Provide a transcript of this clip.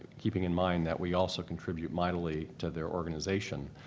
keeping in mind that we also contribute mightily to their organization,